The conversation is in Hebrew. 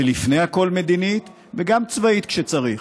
לפני הכול מדינית, וגם צבאית, כשצריך.